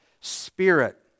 spirit